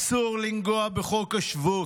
אסור לנגוע בחוק השבות.